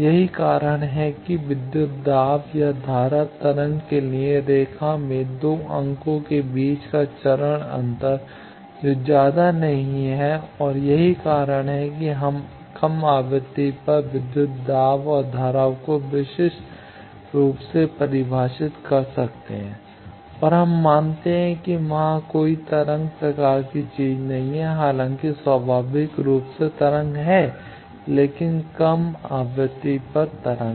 यही कारण है कि विद्युत दाब या धारा तरंग के लिए रेखा में 2 अंकों के बीच का चरण अंतर जो ज्यादा नहीं है और यही कारण है कि हम कम आवृत्ति पर विद्युत दाब और धाराओं को विशिष्ट रूप से परिभाषित कर सकते हैं और हम मानते हैं कि वहाँ कोई तरंग प्रकार की चीज नहीं है हालांकि स्वाभाविक रूप से तरंग है लेकिन कम पर आवृत्ति तरंग